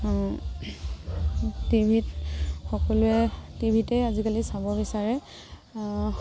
টিভিত সকলোৱে টিভিতে আজিকালি চাব বিচাৰে